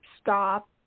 stop